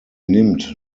nimmt